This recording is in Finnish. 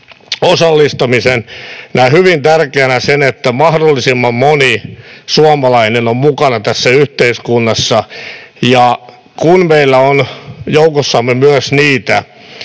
osallistamisen. Näen hyvin tärkeänä sen, että mahdollisimman moni suomalainen on mukana tässä yhteiskunnassa. Kun meillä on joukossamme myös niitä,